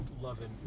loving